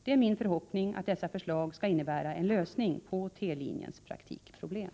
Det är min förhoppning att dessa förslag skall innebära en lösning på T-linjens praktikproblem.